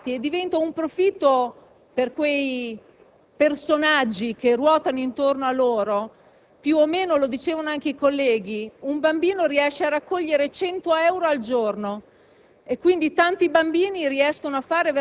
in cui i minori vengono impiegati e diventa un profitto per quei personaggi che ruotano attorno a loro. Più o meno, lo dicevano anche i colleghi, un bambino riesce a raccogliere 100 euro al giorno.